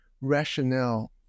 rationale